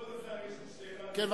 כבוד השר, יש לי שאלה, כן,